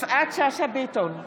יפעת שאשא ביטון,